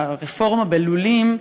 הרפורמה בלולים,